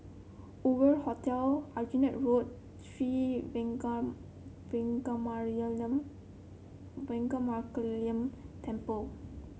Hoover Hotel Aljunied Road Sri Veeramakaliamman Temple